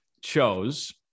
chose